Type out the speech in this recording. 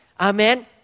Amen